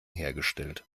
hergestellt